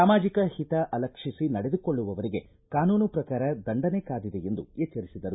ಸಾಮಾಜಿಕ ಹಿತ ಅಲಕ್ಷಿಸಿ ನಡೆದುಕೊಳ್ಳುವವರಿಗೆ ಕಾನೂನು ಪ್ರಕಾರ ದಂಡನೆ ಕಾದಿದೆ ಎಂದು ಎಚ್ಚರಿಸಿದರು